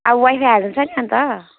अब वाइफाई हाल्नु छैन नि त